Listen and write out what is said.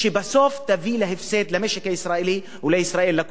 שבסוף תביא להפסד למשק הישראלי ולישראל, לכולנו?